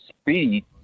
speed